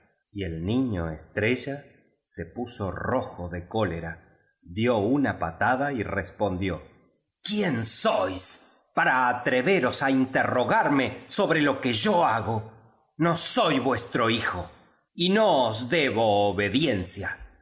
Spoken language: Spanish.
y el niño estrella se puso rojo de cólera dio una patada y respondió quién sois para atreveros á interrogarme sobre lo que yo hago no soy vuestro hijo y no os debo obediencia